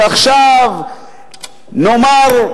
שעכשיו נאמר,